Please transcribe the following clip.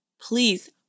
please